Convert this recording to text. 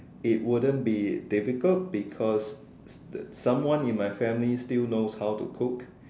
it wouldn't be difficult because someone in my family still knows how to cook